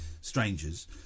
strangers